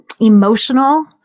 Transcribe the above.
emotional